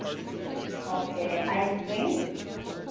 okay ice cream